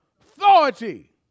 authority